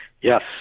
Yes